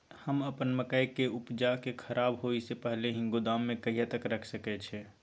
हम अपन मकई के उपजा के खराब होय से पहिले ही गोदाम में कहिया तक रख सके छी?